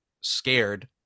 scared